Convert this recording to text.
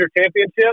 championship